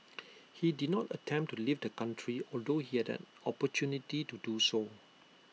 he did not attempt to leave the country although he had an opportunity to